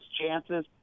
chances